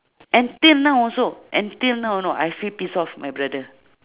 and till now also and till now you know I feel piss off with my brother